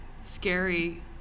scary